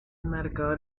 marcador